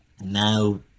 now